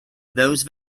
those